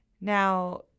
Now